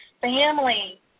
family